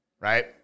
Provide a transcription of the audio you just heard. right